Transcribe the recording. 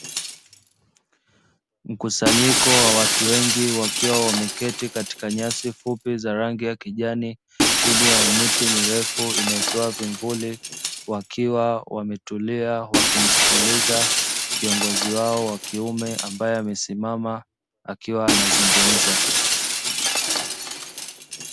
Mkusanyiko wa watu wengi. Wakiwa wameketi katika nyasi fupi za rangi ya kijani, chini ya miti mirefu inayotoa vivuli, wakiwa wametulia wakimsikiliza kiongozi wao wa kiume, ambaye amesimama akiwa anazungumza.